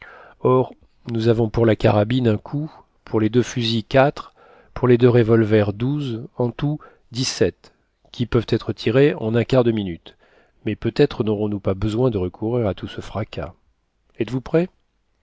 or nous avons pour la carabine un coup pour les deux fusils quatre pour les deux revolvers douze en tout dix-sept qui peuvent être tirés en un quart de minute mais peut-être n'aurons-nous pas besoin de recourir à tout ce fracas etes-vous prêts